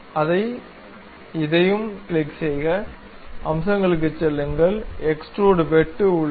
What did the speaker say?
அதை இதையும் கிளிக் செய்க அம்சங்களுக்குச் செல்லுங்கள் எக்ஸ்டுரூட் வெட்டு உள்ளது